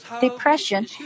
depression